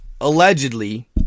allegedly